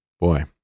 Boy